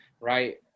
right